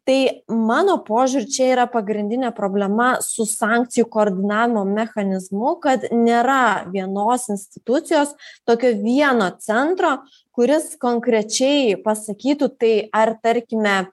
tai mano požiūriu čia yra pagrindinė problema su sankcijų koordinavimo mechanizmu kad nėra vienos institucijos tokio vieno centro kuris konkrečiai pasakytų tai ar tarkime